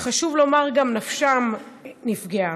וחשוב לומר שגם נפשם, נפגעו.